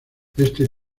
este